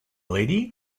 lady